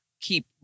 keep